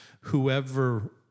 whoever